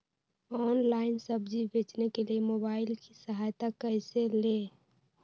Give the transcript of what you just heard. Online सब्जी बेचने के लिए मोबाईल की सहायता कैसे ले?